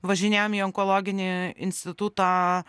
važinėjom į onkologinį institutą